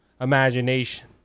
imagination